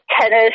tennis